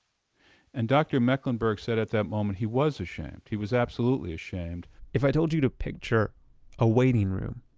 and dr. mecklenburg said at that moment he was ashamed. he was absolutely ashamed if i told you to picture a waiting room,